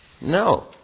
No